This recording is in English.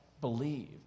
believe